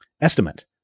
estimate